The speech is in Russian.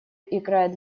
играет